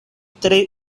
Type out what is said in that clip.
tre